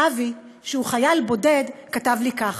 ואבי, שהוא חייל בודד, כתב לי כך: